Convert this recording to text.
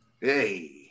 Hey